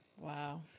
Wow